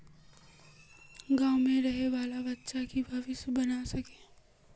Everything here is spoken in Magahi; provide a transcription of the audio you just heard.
गाँव में रहे वाले बच्चा की भविष्य बन सके?